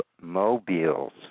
mobiles